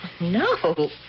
No